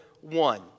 one